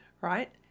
right